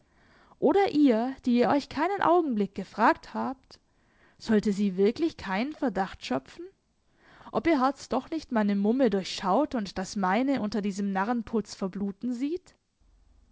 oder ihr die ihr euch keinen augenblick gefragt habt sollte sie wirklich keinen verdacht schöpfen ob ihr herz doch nicht meine mumme durchschaut und das meine unter diesem narrenputz verbluten sieht